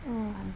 mm